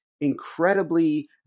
incredibly